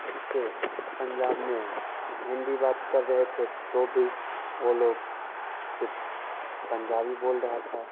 इससे पंजाब में हिन्दी बात कर रहे थे तो भी वे लोग सिर्फ पंजाबी बोल रहे थे